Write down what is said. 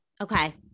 Okay